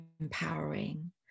empowering